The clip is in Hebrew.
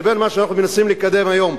לבין מה שאנחנו מנסים לקדם היום?